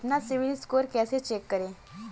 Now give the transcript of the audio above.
अपना सिबिल स्कोर कैसे चेक करें?